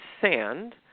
sand